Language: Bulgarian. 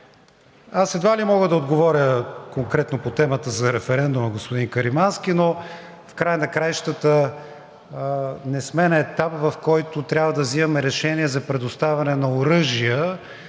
Аз едва ли мога да отговоря конкретно по темата за референдума, господин Каримански, но в края на краищата не сме на етап, в който трябва да взимаме решение за предоставяне на оръжия